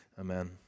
amen